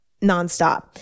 nonstop